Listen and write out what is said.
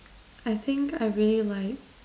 I think I really like